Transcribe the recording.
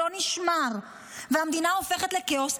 לא נשמר והמדינה הופכת לכאוס,